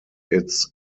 its